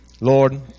Lord